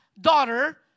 daughter